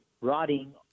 rotting